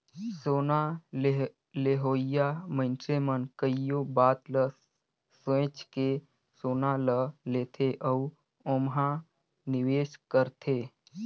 सोना लेहोइया मइनसे मन कइयो बात ल सोंएच के सोना ल लेथे अउ ओम्हां निवेस करथे